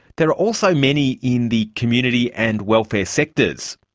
there are also many in the community and welfare sectors.